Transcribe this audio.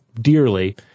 dearly